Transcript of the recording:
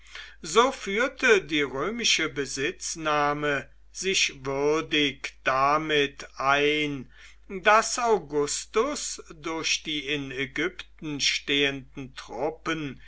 so führte die römische besitznahme sich würdig damit ein daß augustus durch die in ägypten stehenden truppen